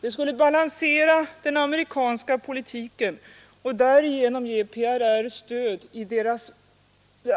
Det skulle balansera den amerikanska politiken och därigenom ge PRR ett stöd i dess